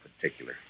particular